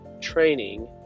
training